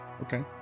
Okay